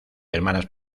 hermanas